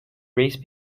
race